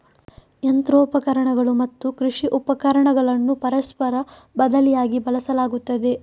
ಯಂತ್ರೋಪಕರಣಗಳು ಮತ್ತು ಕೃಷಿ ಉಪಕರಣಗಳನ್ನು ಪರಸ್ಪರ ಬದಲಿಯಾಗಿ ಬಳಸಲಾಗುತ್ತದೆ